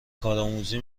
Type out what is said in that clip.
کارآموزی